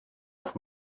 auf